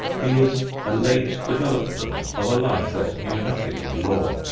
he is a late development of a life that knew nothing of law,